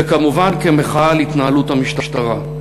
וכמובן כמחאה על התנהלות המשטרה.